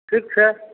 ठीक छै